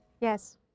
yes